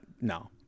no